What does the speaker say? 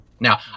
Now